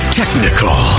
technical